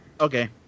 okay